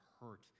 hurt